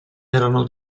erano